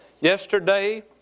yesterday